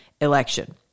election